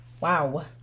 Wow